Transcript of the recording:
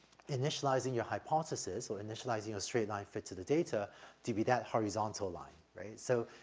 initializing your hypothesis or initializing your straight line fit to the data to be that horizontal line, right? so,